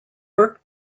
work